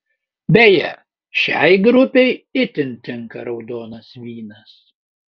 beje šiai grupei itin tinka raudonas vynas